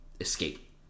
escape